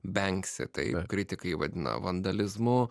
benksi tai kritikai vadina vandalizmu